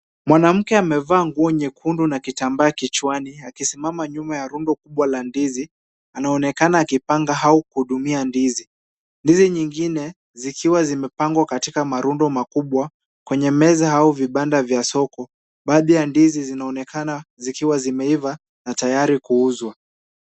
Mwanamke amevaa nguo nyekundu na kitambaa kichwani, akisimama nyuma ya rundo kubwa la ndizi, anaonekana akipanga au kuhudumia ndizi. Ndizi nyingine zikiwa zimepangwa katika marundo makubwa, kwenye meza au vibanda vya soko, baadhi ya ndizi zinaonekana zikiwa zimeiva na tayari kuuzwa.